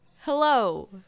hello